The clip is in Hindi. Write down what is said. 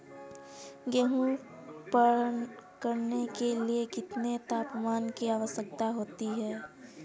गेहूँ पकने के लिए कितने तापमान की आवश्यकता होती है?